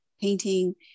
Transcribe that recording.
painting